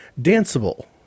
danceable